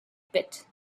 pit